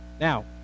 Now